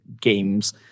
games